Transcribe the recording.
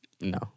No